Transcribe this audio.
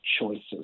choices